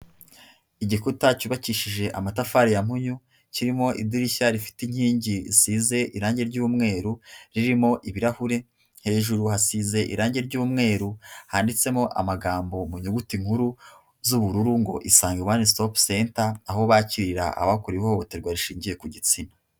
Igikuta cyubakishije amatafari ya nkunyu, kirimo idirishya rifite inkingi zisize irangi ry'umweru, ririmo ibirahure, hejuru hasize irangi ry'umweru, handitsemo amagambo mu nyuguti nkuru, z'ubururu, ngo isange wane sitopu senta aho bakirira abakora ihohoterwa rishingiye ku gitsina.